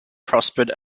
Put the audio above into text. prospered